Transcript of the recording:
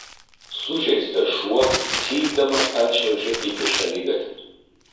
sužeistas šuo cypdamas atšliaužė iki šaligatvio